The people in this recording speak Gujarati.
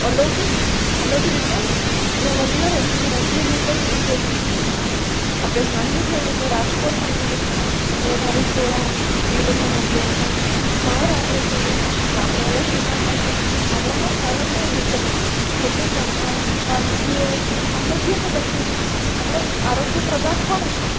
અલૌકિક અલગ રીતના અને વધારે રંગીલી પણ રહેલી છે આપણે સાંજે જોઈએ તો રાજકોટને એવી રીતના તો વધારે સોડા એ બધાનો ઉપયોગ થાય છે સવારે આપણે જોઈએ તો આપળે અલગ રીતના થાય છે આપણામાં સામાન્ય રીતે જેટલી પણ વાનગીઓ કે આરોગ્ય ને લગતું છે આપણે આરોગ્ય પ્રદાન પણ છીએ